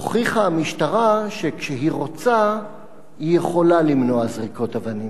הוכיחה המשטרה שכשהיא רוצה היא יכולה למנוע זריקות אבנים.